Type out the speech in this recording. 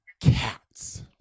cats